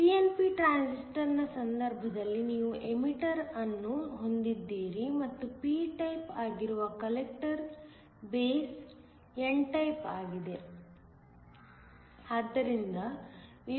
pnp ಟ್ರಾನ್ಸಿಸ್ಟರ್ನ ಸಂದರ್ಭದಲ್ಲಿ ನೀವು ಎಮಿಟರ್ ಅನ್ನು ಹೊಂದಿದ್ದೀರಿ ಮತ್ತು p ಟೈಪ್ ಆಗಿರುವ ಕಲೆಕ್ಟರ್ ಬೇಸ್ n ಟೈಪ್ ಆಗಿದೆ